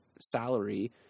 salary